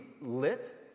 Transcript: lit